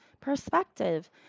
perspective